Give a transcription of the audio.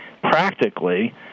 practically